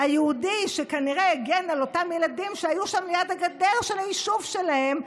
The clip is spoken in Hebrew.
היהודי שכנראה הגן על אותם ילדים שהיו שם ליד הגדר של היישוב שלהם.